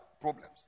problems